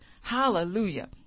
hallelujah